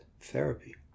therapy